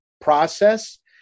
process